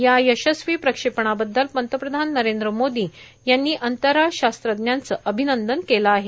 या यशस्वी प्रक्षेपणाबद्दल पंतप्रधान नरेंद्र मोदी यांनी अंतराळ शास्त्रज्ञांचं अभिनंदन केलं आहे